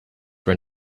were